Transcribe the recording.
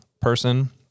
person